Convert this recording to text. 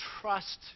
trust